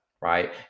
right